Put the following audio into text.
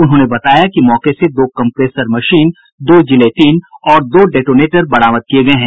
उन्होंने बताया कि मौके से दो कंप्रेसर मशीन दो जिलेटिन और दो डेटोनेटर बरामद किये गये हैं